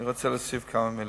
אני רוצה להוסיף כמה מלים.